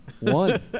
One